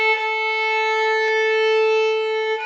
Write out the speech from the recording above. um a